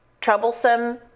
troublesome